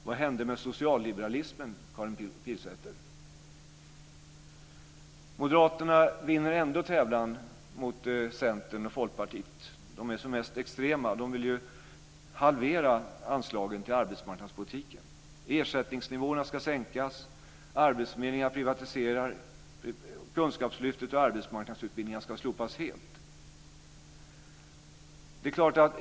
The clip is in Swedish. Vad hände med socialliberalismen, Karin Pilsäter? Moderaterna vinner ändå tävlan mot Centern och Folkpartiet. De är mest extrema. De vill halvera anslagen till arbetsmarknadspolitiken. Ersättningsnivåerna ska sänkas, arbetsförmedlingarna privatiseras och Kunskapslyftet och arbetsmarknadsutbildningarna ska slopas helt.